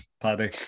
Paddy